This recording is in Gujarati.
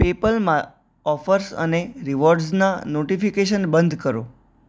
પેપલમાં ઓફર્સ અને રીવોર્ડ્સનાં નોટિફિકેશન બંધ કરો